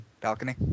balcony